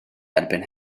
erbyn